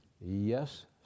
Yes